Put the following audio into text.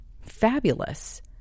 fabulous